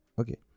Okay